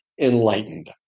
enlightened